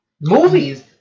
Movies